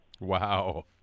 Wow